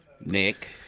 Nick